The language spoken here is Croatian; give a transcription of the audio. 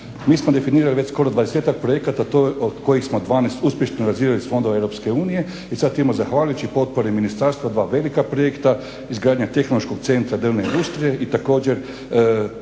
Mi smo definirali već skoro 20-tak projekata od kojih smo 12 uspješno realizirali iz fondova Europske unije i sad … zahvaljujući potpori ministarstva dva velika projekta: izgradnja tehnološkog centra drvne industrije i također